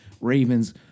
Ravens